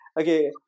Okay